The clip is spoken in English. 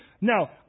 Now